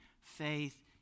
Faith